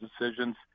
decisions